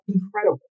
incredible